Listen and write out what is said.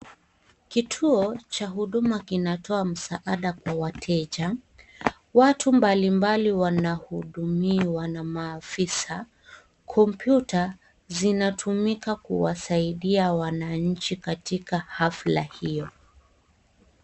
Kituo cha huduma kinatoa msaada kwa wateja ,watu mbalimbali wanahudumiwa na maafisa, kompyuta zinatumika kuwasaidia wananchi katika hafla hiyo.